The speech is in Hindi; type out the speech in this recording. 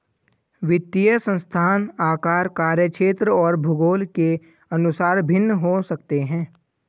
वित्तीय संस्थान आकार, कार्यक्षेत्र और भूगोल के अनुसार भिन्न हो सकते हैं